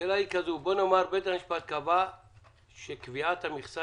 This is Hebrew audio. בוא נאמר שבית המשפט קבע שקביעת המכסה